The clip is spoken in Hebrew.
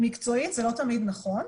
שמקצועית זה לא תמיד נכון,